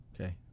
Okay